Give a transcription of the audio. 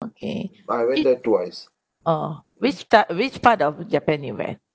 okay oh which part which part of japan you went